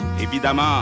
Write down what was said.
Évidemment